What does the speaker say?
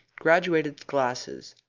graduated glasses,